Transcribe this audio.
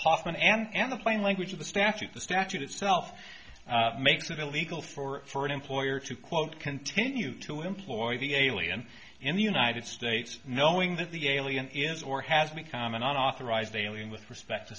hoffman and the plain language of the statute the statute itself makes it illegal for an employer to quote continue to employ the alien in the united states knowing that the alien is or has become an authorized alien with respect to